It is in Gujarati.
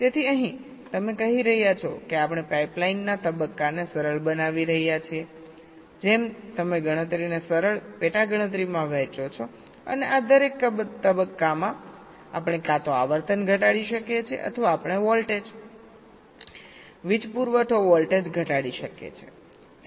તેથી અહીં તમે કહી રહ્યા છો કે આપણે પાઇપલાઇન ના તબક્કાને સરળ બનાવી રહ્યા છીએજેમ તમે ગણતરીને સરળ પેટા ગણતરીમાં વહેંચો છો અને આ દરેક તબક્કામાં આપણે કાં તો આવર્તન ઘટાડી શકીએ છીએ અથવા આપણે વોલ્ટેજ વીજ પુરવઠો વોલ્ટેજ ઘટાડી શકીએ છીએ